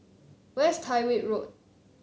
where is Tyrwhitt Road